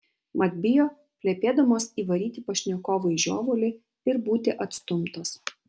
mat bijo plepėdamos įvaryti pašnekovui žiovulį ir būti atstumtos